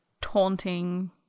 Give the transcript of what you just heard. taunting